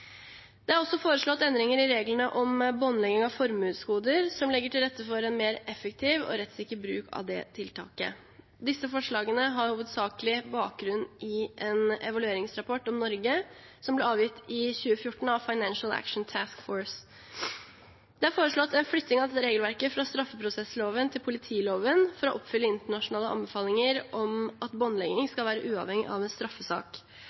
Det er også foreslått endringer i reglene om båndlegging av formuesgoder, som legger til rette for en mer effektiv og rettssikker bruk av det tiltaket. Disse forslagene har hovedsakelig bakgrunn i en evalueringsrapport om Norge, avgitt i 2014 av Financial Action Task Force, FATF. Det er foreslått flytting av dette regelverket fra straffeprosessloven til politiloven for å oppfylle internasjonale anbefalinger om at båndlegging skal være uavhengig av en straffesak.